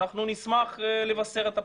אנחנו נשמח לבשר את הבשורה.